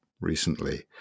recently